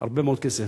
הרבה מאוד כסף.